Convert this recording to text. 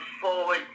forward